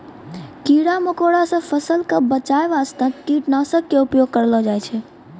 कीड़ा मकोड़ा सॅ फसल क बचाय वास्तॅ कीटनाशक के उपयोग करलो जाय छै